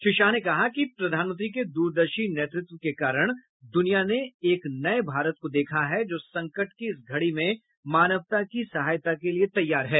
श्री शाह ने कहा कि प्रधानमंत्री के दूरदर्शी नेतृत्व के कारण द्रनिया ने एक नये भारत को देखा है जो संकट की इस घड़ी में मानवता की सहायता के लिए तैयार है